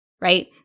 right